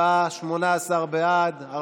הצבעה, מי בעד?